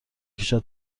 کشد